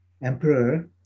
emperor